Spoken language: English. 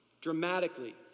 dramatically